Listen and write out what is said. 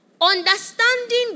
understanding